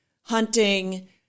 hunting